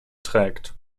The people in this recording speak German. trägt